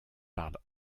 parle